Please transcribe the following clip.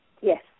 Yes